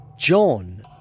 John